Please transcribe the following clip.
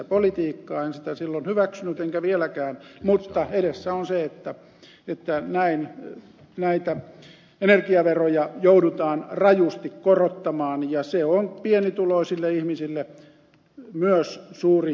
en sitä silloin hyväksynyt enkä vieläkään mutta edessä on se että näin näitä energiaveroja joudutaan rajusti korottamaan ja se on pienituloisille ihmisille myös suuri rasite